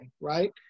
right